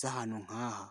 z'ahantu nk'aha.